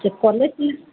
check କଲେ ସିନା